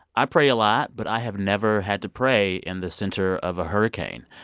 i pray a lot. but i have never had to pray in the center of a hurricane.